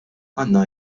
għandna